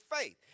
faith